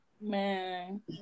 Man